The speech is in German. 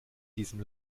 diesem